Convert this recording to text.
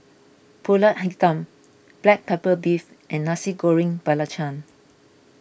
Pulut Hitam Black Pepper Beef and Nasi Goreng Belacan